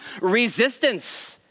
resistance